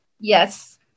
Yes